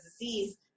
disease